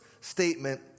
statement